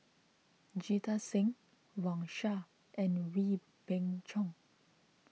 Jita Singh Wang Sha and Wee Beng Chong